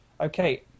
Okay